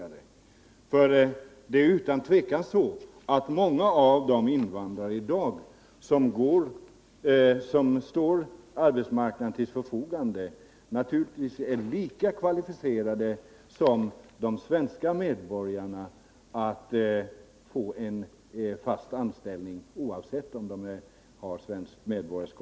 Det är utan tvivel så att många av de invandrare utan svenskt medborgarskap som i dag står till arbetsmarknadens förfogande är lika kvalificerade för att få en fast anställning som svenska medborgare.